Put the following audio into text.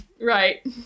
right